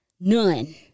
none